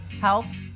health